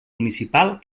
municipal